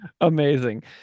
Amazing